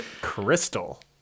crystal